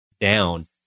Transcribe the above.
down